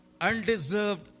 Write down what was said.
undeserved